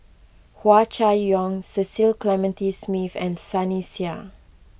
Hua Chai Yong Cecil Clementi Smith and Sunny Sia